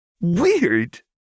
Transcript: Weird